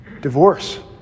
divorce